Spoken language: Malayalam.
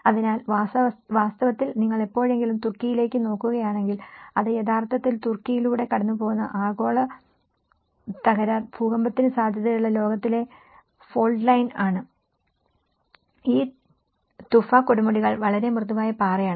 അതിനാൽ വാസ്തവത്തിൽ നിങ്ങൾ എപ്പോഴെങ്കിലും തുർക്കിയിലേക്ക് നോക്കുകയാണെങ്കിൽ അത് യഥാർത്ഥത്തിൽ തുർക്കിയിലൂടെ കടന്നുപോകുന്ന ആഗോള തകരാർ ഭൂകമ്പത്തിന് സാധ്യതയുള്ള ലോകത്തിലെ ഫോൾട് ലൈൻ ആണ് ഈ തുഫ കൊടുമുടികൾ വളരെ മൃദുവായ പാറയാണ്